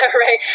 right